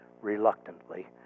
reluctantly